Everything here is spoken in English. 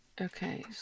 Okay